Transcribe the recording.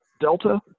Delta